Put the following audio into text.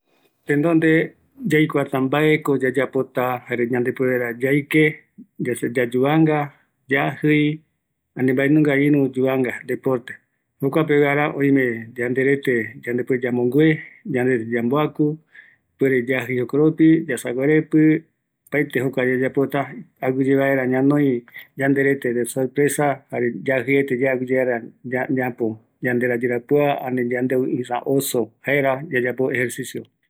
Ndei yaike vaera yayapo juvanga, oïmetako yayemboaku rarï, ñamuata yanderete, yayembo gue, aguiyeara yanderayɨ rapua, yande soo öñemuata rai